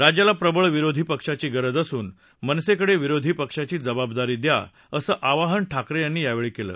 राज्याला प्रबळ विरोधी पक्षाची गरज असून मनसेकडे विरोधी पक्षाची जबाबदारी द्या असं आवाहन ठाकरे यांनी यावेळी केलं